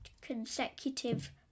consecutive